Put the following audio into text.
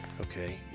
Okay